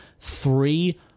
three